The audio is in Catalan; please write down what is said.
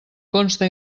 consta